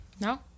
No